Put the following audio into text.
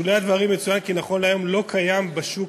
בשולי הדברים יצוין כי נכון להיום לא קיים בשוק